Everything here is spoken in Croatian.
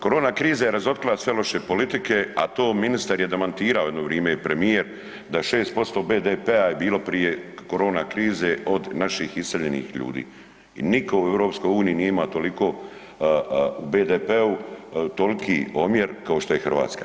Korona kriza je razotkrila sve loše politike, a to ministar je demantirao jedno vrime i premijer da 6% BDP-a je bilo prije korona krize od naših iseljenih ljudi i niko u EU nije ima toliko u BDP-u toliki omjer kao što je Hrvatska.